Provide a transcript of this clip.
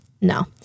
No